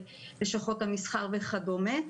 איגוד לשכות המסחר וכדומה.